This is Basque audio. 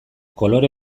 kolore